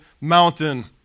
mountain